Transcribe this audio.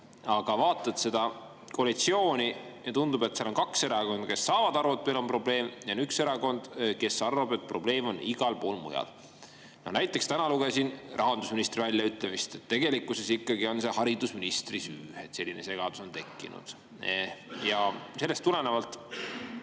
aga vaatan seda koalitsiooni ja tundub, et seal on kaks erakonda, kes saavad aru, et meil on probleem, ja on üks erakond, kes arvab, et probleem on igal pool mujal. Näiteks täna lugesin rahandusministri väljaütlemist, et tegelikkuses on see ikkagi haridusministri süü, et selline segadus on tekkinud. Ja sellest tulenevalt